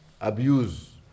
abuse